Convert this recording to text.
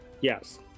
Yes